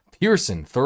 Pearson